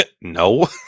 No